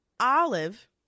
Olive